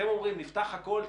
אתם אומרים נפתח הכול,